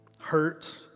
Hurt